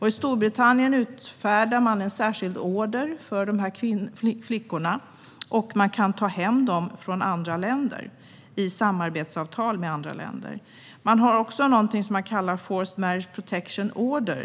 I Storbritannien kan en särskild order utfärdas för dessa flickor, och de kan tas hem från andra länder som det finns samarbetsavtal med. Det finns också en så kallade forced marriage protection order.